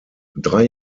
drei